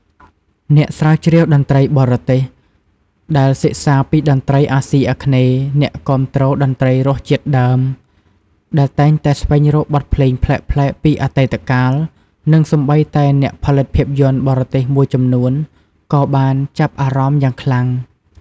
អ្នកស្រាវជ្រាវតន្ត្រីបរទេសដែលសិក្សាពីតន្ត្រីអាស៊ីអាគ្នេយ៍ អ្នកគាំទ្រតន្ត្រីរសជាតិដើម ដែលតែងតែស្វែងរកបទភ្លេងប្លែកៗពីអតីតកាល និងសូម្បីតែ អ្នកផលិតភាពយន្ត បរទេសមួយចំនួន ក៏បានចាប់អារម្មណ៍យ៉ាងខ្លាំង។